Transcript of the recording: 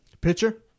Pitcher